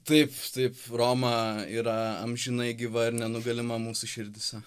taip taip roma yra amžinai gyva ir nenugalima mūsų širdyse